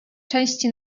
części